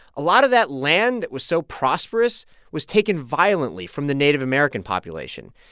a lot of that land that was so prosperous was taken violently from the native american population.